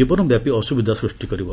ଜୀବନବ୍ୟାପୀ ଅସୁବିଧା ସୃଷ୍ଟି କରିବ